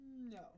No